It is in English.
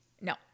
no